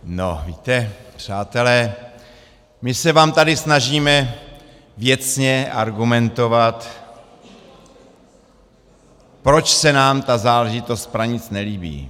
No víte, přátelé, my se vám tady snažíme věcně argumentovat, proč se nám ta záležitost pranic nelíbí.